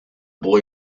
boy